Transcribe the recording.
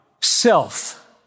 self